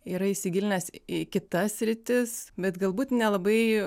yra įsigilinęs į kitas sritis bet galbūt nelabai